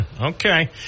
Okay